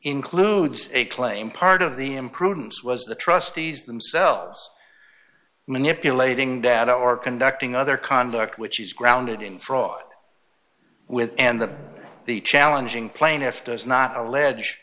includes a claim part of the imprudence was the trustees themselves manipulating data or conducting other conduct which is grounded in fraud with and that the challenging plaintiff does not allege